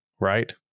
Right